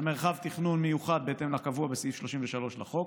מרחב תכנון מיוחד בהתאם לקבוע בסעיף 33 לחוק.